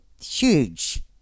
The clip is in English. huge